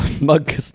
Mug